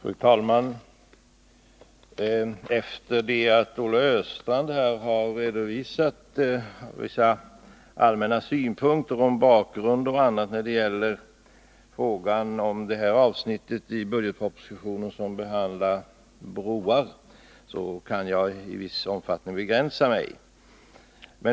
Fru talman! Sedan Olle Östrand här har redovisat vissa allmänna synpunkter beträffande bakgrund och annat när det gäller det avsnitt i budgetpropositionen som behandlar frågan om broar kan jag i viss utsträckning begränsa mig i mitt anförande.